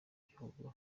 gihugu